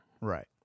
Right